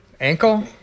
ankle